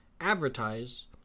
advertise